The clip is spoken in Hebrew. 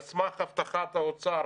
על סמך הבטחת האוצר,